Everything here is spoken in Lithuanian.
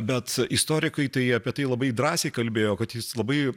bet istorikai tai apie tai labai drąsiai kalbėjo kad jis labai